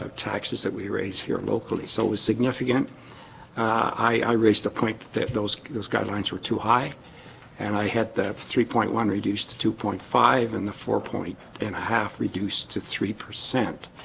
ah taxes that we raise here locally, so it was significant i i raised the point that those those guidelines were too high and i had the three point one reduce to two point five and the four point and a half reduced to three percent